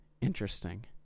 Interesting